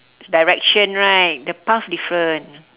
direction right the path different